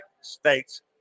states